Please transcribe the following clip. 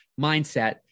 mindset